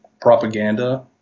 propaganda